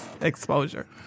exposure